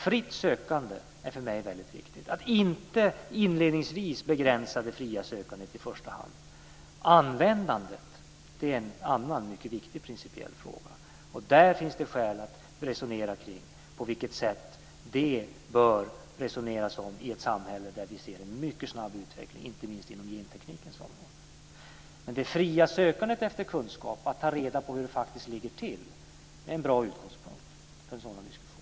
Fritt sökande är för mig väldigt viktigt, att i första hand inte inledningsvis begränsa det fria sökandet. Användandet är en annan mycket viktig principiell fråga, och där finns det skäl att fundera på hur man ska resonera i ett samhälle där vi ser en mycket snabb utveckling, inte minst inom genteknikens område. Men det fria sökandet efter kunskap, att ta reda på hur det faktiskt ligger till, är en bra utgångspunkt för en sådan diskussion.